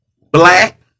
black